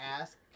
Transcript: ask